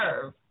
serve